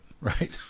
right